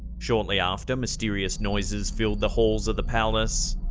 shortly after, mysterious noises filled the halls of the palace.